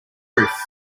roof